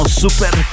super